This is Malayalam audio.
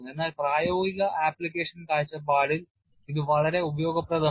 എന്നാൽ പ്രായോഗിക ആപ്ലിക്കേഷൻ കാഴ്ചപ്പാടിൽ ഇത് വളരെ ഉപയോഗപ്രദമാണ്